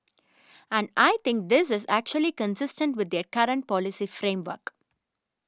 and I think this is actually consistent with their current policy framework